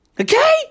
Okay